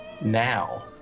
now